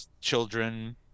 children